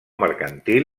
mercantil